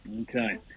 Okay